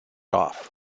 off